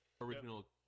original